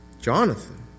Jonathan